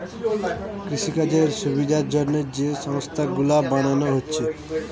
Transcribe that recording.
কৃষিকাজের সুবিধার জন্যে যে সংস্থা গুলো বানানা হচ্ছে